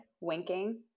winking